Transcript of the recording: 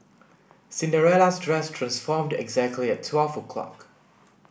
Cinderella's dress transformed exactly at twelve o'clock